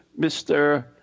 Mr